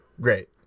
Great